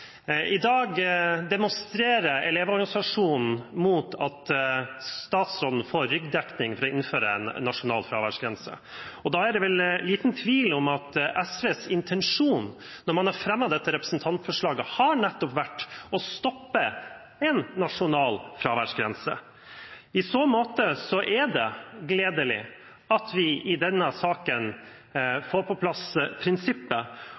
I dag demonstrerer Elevorganisasjonen mot at statsråden får ryggdekning for å innføre en nasjonal fraværsgrense. Da er det vel liten tvil om at SVs intensjon når man har fremmet dette representantforslaget, nettopp har vært å stoppe en nasjonal fraværsgrense. I så måte er det gledelig at vi i denne saken får på plass prinsippet.